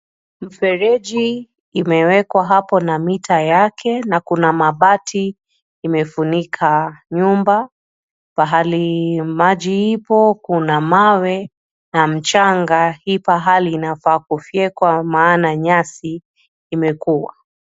Mfereji imewekwa hapo na mita yake na kuna mabati imefunika nyumba. Pahali maji ipo kuna mawe na mchanga. Hii pahali inafaa kufyekwa maana nyasi imekuwa.